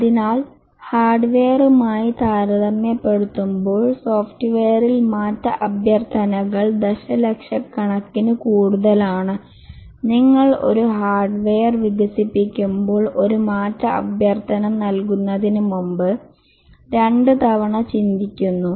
അതിനാൽ ഹാർഡ്വെയറുമായി താരതമ്യപ്പെടുത്തുമ്പോൾ സോഫ്റ്റ്വെയറിൽ മാറ്റ അഭ്യർത്ഥനകൾ ദശലക്ഷക്കണക്കിന് കൂടുതലാണ് നിങ്ങൾ ഒരു ഹാർഡ്വെയർ വികസിപ്പിക്കുമ്പോൾ ഒരു മാറ്റ അഭ്യർത്ഥന നൽകുന്നതിനുമുമ്പ് രണ്ടുതവണ ചിന്തിക്കുന്നു